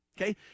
Okay